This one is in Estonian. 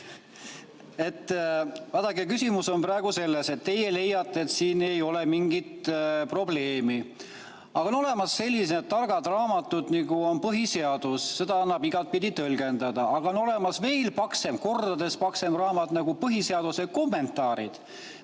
küsimus on praegu selles, et teie leiate, et siin ei ole mingit probleemi. Aga on olemas sellised targad raamatud, nagu on põhiseadus, mida annab igatpidi tõlgendada, ja on olemas veel paksem, kordades paksem raamat, põhiseaduse kommenteeritud